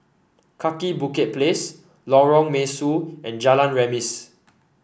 Kaki Bukit Place Lorong Mesu and Jalan Remis